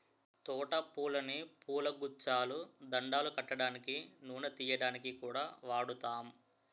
తోట పూలని పూలగుచ్చాలు, దండలు కట్టడానికి, నూనె తియ్యడానికి కూడా వాడుతాం